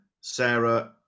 Sarah